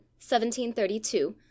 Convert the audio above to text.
1732